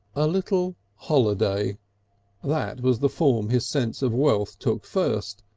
a little holiday that was the form his sense of wealth took first,